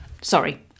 Sorry